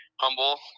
humble